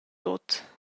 tut